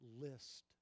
list